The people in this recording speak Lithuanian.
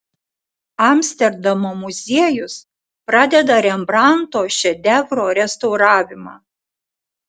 amsterdamo muziejus pradeda rembrandto šedevro restauravimą